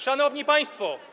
Szanowni Państwo!